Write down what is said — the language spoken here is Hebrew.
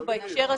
אתה צודק.